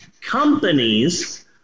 companies